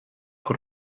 kur